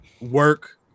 work